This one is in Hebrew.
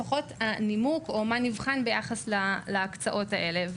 או לפחות הנימוק או מה נבחן ביחס להקצאות האלה.